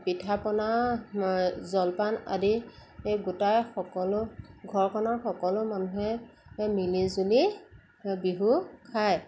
পিঠাপনা জলপান আদি গোটাই সকলো ঘৰখনৰ সকলো মানুহে মিলিজুলি বিহু খায়